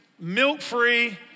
milk-free